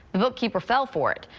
the bookkeeper fell for it.